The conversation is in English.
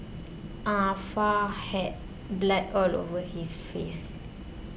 Ah Fa had blood all over his face